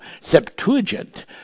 Septuagint